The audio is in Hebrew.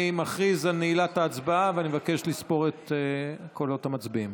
אני מכריז על נעילת ההצבעה ואני מבקש לספור את קולות המצביעים.